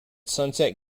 sunset